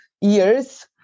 years